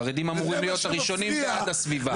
חרדים אמורים להיות הראשונים בעד הסביבה.